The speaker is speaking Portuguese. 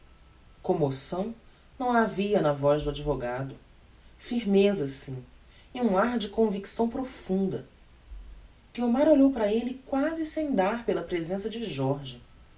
commoção não a havia na voz do advogado firmeza sim e um ar de convicção profunda guiomar olhou para elle quasi sem dar pela presença de jorge